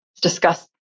discuss